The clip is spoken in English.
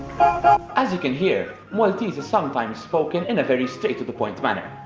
as you can hear, maltese is sometimes spoken in a very straight-to-the-point manner.